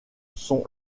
sont